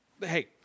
Hey